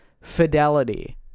fidelity